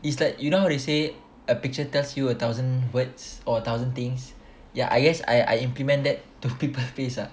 it's like you know how they say a picture tells you a thousand words or thousand things yeah I guess I I implement that to people face ah